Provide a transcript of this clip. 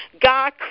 God